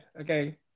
okay